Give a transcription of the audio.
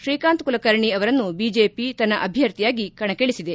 ಶ್ರೀಕಾಂತ್ ಕುಲಕರ್ಣಿ ಅವರನ್ನು ಬಿಜೆಪಿ ತನ್ನ ಅಭ್ಯರ್ಥಿಯಾಗಿ ಕಣಕ್ಕಿಳಿಸಿದೆ